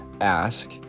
ask